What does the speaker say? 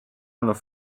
olnud